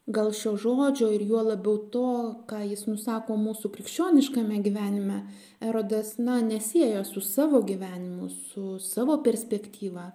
gal šio žodžio ir juo labiau to ką jis nusako mūsų krikščioniškame gyvenime erodas na nesieja su savo gyvenimu su savo perspektyva